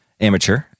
amateur